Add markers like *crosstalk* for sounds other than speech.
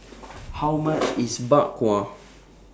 *noise* How much IS Bak Kwa